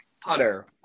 putter